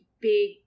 big